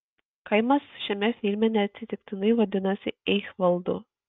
kaimas šiame filme neatsitiktinai vadinasi eichvaldu